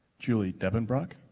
julie depenbrock